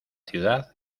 ciudad